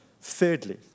Thirdly